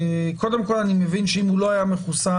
אני מבין שאם הוא לא היה מחוסן,